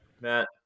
Matt